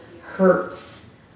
hurts